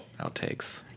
outtakes